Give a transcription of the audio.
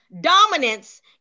Dominance